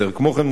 10. כמו כן,